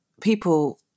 people